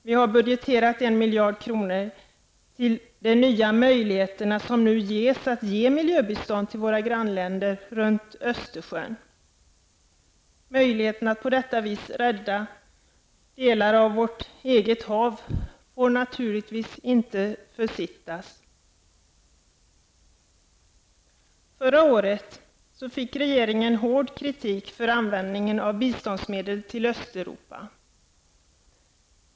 Vi har budgeterat 1 miljard kronor till de nya möjligheter som nu ges att ge miljöbistånd till våra grannländer runt Östersjön. Möjligheterna att på detta vis rädda delar av vårt eget hav får naturligtvis inte försittas. Förra året fick regeringen hård kritik för användningen av biståndsmedel till Östeuropa.